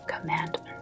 commandments